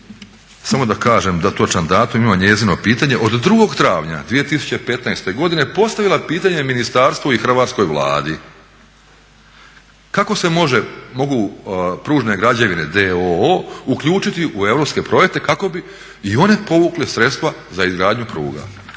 samo da kažem točan datum, imam njezino pitanje, od 2. travnja 2015. godine postavila pitanje ministarstvu i Hrvatskoj vladi "Kako se mogu Pružne građevine d.o.o. uključiti u europske projekte kako bi i one povukle sredstva za izgradnju pruga?"